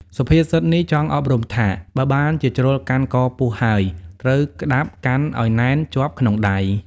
សុភាសិតនេះចង់អប់រំថា បើបានជាជ្រុលកាន់កពស់ហើយ ត្រូវក្ដាប់កាន់ឲ្យណែនជាប់ក្នុងដៃ ។